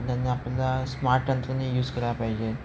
त्यांना आपल्याला स्मार्ट तंत्रज्ञान यूज करायला पाहिजे आहेत